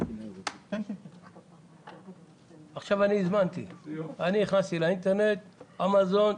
אני נכנסתי באינטרנט לאמזון,